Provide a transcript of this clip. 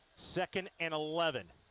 second in eleven